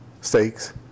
steaks